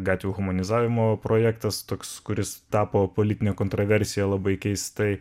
gatvių humanizavimo projektas toks kuris tapo politine kontroversija labai keistai